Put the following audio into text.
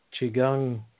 qigong